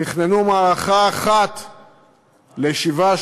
תכננו מערכה אחת לשבעה,